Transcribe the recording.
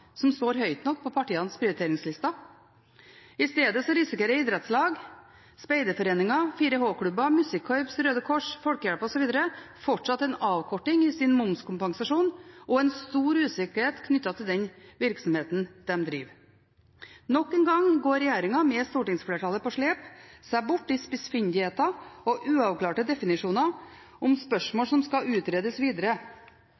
som står høyt nok på partienes prioriteringslister. I stedet risikerer idrettslag, speiderforeninger, 4H-klubber, musikkorps, Røde Kors, Norsk Folkehjelp osv. fortsatt en avkorting i sin momskompensasjon og en stor usikkerhet knyttet til den virksomheten de driver. Nok en gang går regjeringen – med stortingsflertallet på slep – seg bort i spissfindigheter og uavklarte definisjoner om